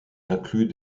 incluent